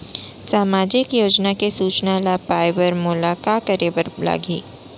सामाजिक योजना के सूचना ल पाए बर मोला का करे बर लागही?